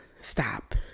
stop